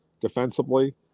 defensively